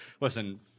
listen